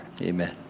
Amen